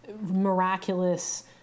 miraculous